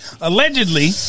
Allegedly